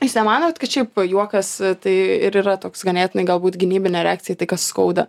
jūs nemanot kad šiaip juokas tai ir yra toks ganėtinai galbūt gynybinė reakcija į tai ką skauda